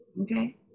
Okay